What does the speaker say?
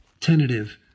tentative